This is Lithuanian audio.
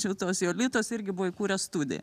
jau tos jolitos irgi buvo įkūręs studiją